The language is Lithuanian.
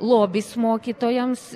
lobis mokytojams